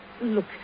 Look